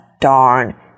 darn